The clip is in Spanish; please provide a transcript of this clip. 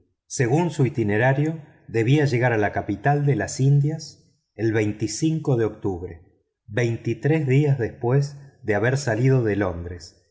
según su itinerario debía llegar a la capital de las indias el de octubre veintitrés días después de haber salido de londres